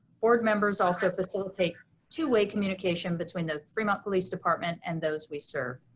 boards members also facilitate two way communication between the fremont police department and those we serve.